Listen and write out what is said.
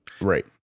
Right